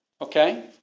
Okay